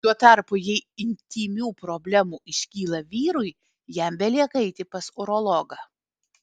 tuo tarpu jei intymių problemų iškyla vyrui jam belieka eiti pas urologą